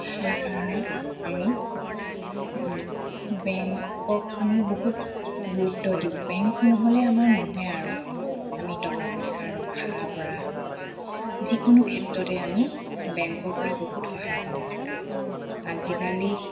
সেই কাৰণে আমি বেংকক আমি বহুত গুৰুত্ব দিওঁ বেংক নহ'লে আমাৰ নহয়েই আৰু আমি টকা পইচা ৰখাৰ পৰা যিকোনো ক্ষেত্ৰতে আমি বেংকৰ পৰা বহুত সহায় পাওঁ আজিকালি